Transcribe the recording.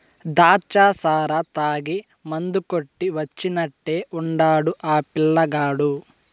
దాచ్చా సారా తాగి మందు కొట్టి వచ్చినట్టే ఉండాడు ఆ పిల్లగాడు